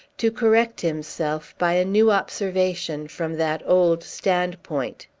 to correct himself by a new observation from that old standpoint.